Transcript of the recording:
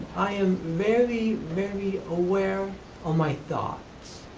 i am very, very aware of my thoughts.